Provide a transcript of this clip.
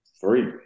three